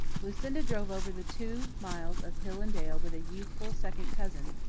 lucinda drove over the two miles of hill and dale with a youthful second cousin,